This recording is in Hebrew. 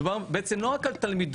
מדובר בעצם לא רק על תלמידות